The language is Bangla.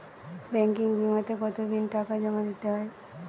ব্যাঙ্কিং বিমাতে কত দিন টাকা জমা দিতে হয়?